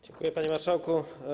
Dziękuję, panie marszałku.